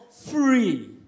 free